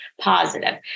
positive